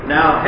Now